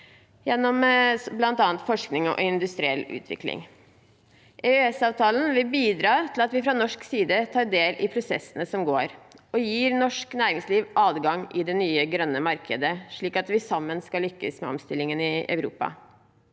gjennom bl.a. forskning og industriell utvikling. EØS-avtalen vil bidra til at vi fra norsk side tar del i prosessene som pågår, og gir norsk næringsliv adgang i det nye, grønne markedet, slik at vi sammen vil lykkes med omstillingen i Europa.